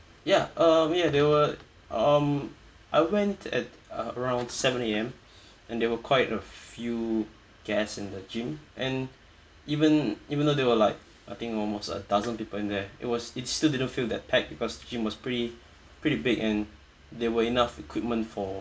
ya uh ya they were um I went at around seven A_M and there were quite a few guests in the gym and even even though there were like I think almost a dozen people in there it was it still didn't feel that packed because the gym was pretty pretty big and there were enough equipment for